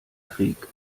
krieg